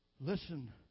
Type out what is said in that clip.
Listen